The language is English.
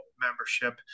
Membership